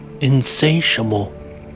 insatiable